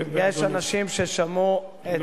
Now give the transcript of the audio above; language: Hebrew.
יש אנשים ששמעו את יו"ר הקואליציה אומר,